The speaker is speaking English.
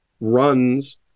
runs